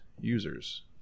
users